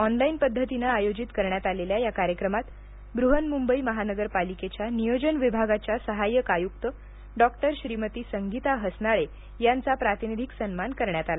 online पद्धतीने आयोजित करण्यात आलेल्या या कार्यक्रमात बृहन्मुंबई महानगरपालिकेच्या नियोजन विभागाच्या सहाय्यक आय्रक्त डॉक्टर श्रीमती संगीता हसनाळे यांचा प्रातिनिधिक सन्मान करण्यात आला